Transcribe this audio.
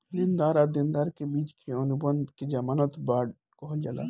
लेनदार आ देनदार के बिच के अनुबंध के ज़मानत बांड कहल जाला